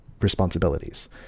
responsibilities